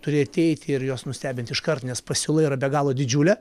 turi ateiti ir juos nustebint iškart nes pasiūla yra be galo didžiulė